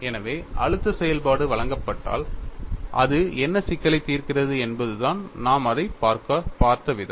எனவே அழுத்த செயல்பாடு வழங்கப்பட்டால் அது என்ன சிக்கலை தீர்க்கிறது என்பதுதான் நாம் அதைப் பார்த்தவிதம்